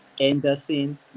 Anderson